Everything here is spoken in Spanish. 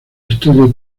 estadio